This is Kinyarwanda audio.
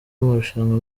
amarushanwa